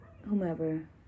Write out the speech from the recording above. whomever